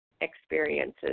experiences